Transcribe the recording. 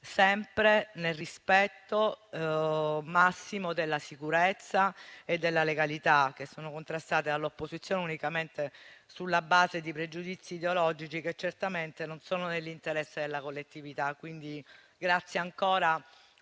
sempre nel rispetto massimo della sicurezza e della legalità, che sono contrastate dall'opposizione unicamente sulla base di pregiudizi ideologici che certamente non sono nell'interesse della collettività. La ringrazio ancora